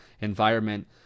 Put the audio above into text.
environment